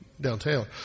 downtown